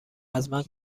ازمن